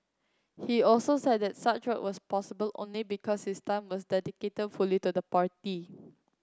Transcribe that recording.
he also said that such work was possible only because his time was dedicated fully to the party